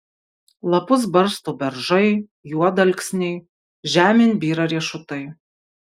lapus barsto beržai juodalksniai žemėn byra riešutai